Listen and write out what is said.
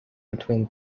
between